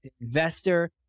investor